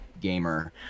gamer